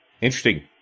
Interesting